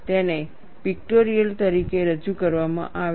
તેને પિક્ટોરિયલ રીતે રજૂ કરવામાં આવે છે